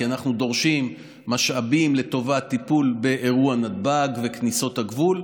כי אנחנו דורשים משאבים לטובת טיפול באירוע נתב"ג וכניסות הגבול,